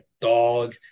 dog